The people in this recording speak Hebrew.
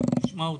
שתכף נשמע אותו,